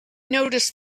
noticed